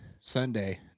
Sunday